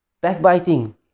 backbiting